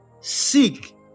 seek